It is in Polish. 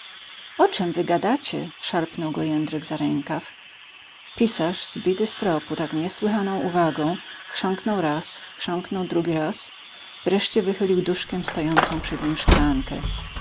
o czemże wy gadacie szarpnął go jędrek za rękaw pisarz zbity z tropu tak niesłychaną uwagą chrząknął raz chrząknął drugi raz wreszcie wychylił duszkiem stojącą przed nim szklankę